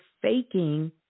faking